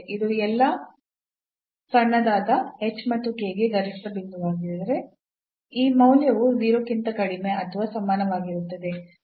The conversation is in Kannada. ಇದು ಎಲ್ಲಾ ಸಣ್ಣದಾದ ಮತ್ತು ಗೆ ಗರಿಷ್ಠ ಬಿಂದುವಾಗಿದ್ದರೆ ಈ ಮೌಲ್ಯವು 0 ಕ್ಕಿಂತ ಕಡಿಮೆ ಅಥವಾ ಸಮಾನವಾಗಿರುತ್ತದೆ